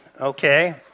okay